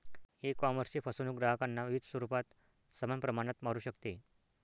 ईकॉमर्सची फसवणूक ग्राहकांना विविध स्वरूपात समान प्रमाणात मारू शकते